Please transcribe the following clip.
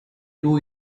two